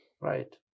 right